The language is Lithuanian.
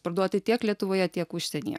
parduoti tiek lietuvoje tiek užsienyje